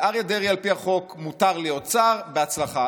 לאריה דרעי על פי החוק מותר להיות שר, בהצלחה.